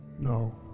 No